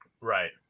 right